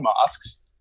masks